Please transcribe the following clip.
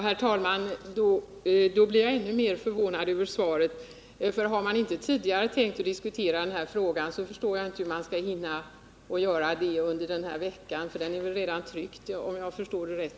Herr talman! Då blir jag ännu mer förvånad över svaret. Har man inte tidigare tänkt diskutera den här frågan förstår jag inte hur man skall hinna göra det under den vecka som återstår. Utredningens betänkande måste väl redan vara tryckt, om jag förstår saken rätt.